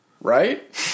right